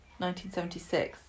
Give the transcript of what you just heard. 1976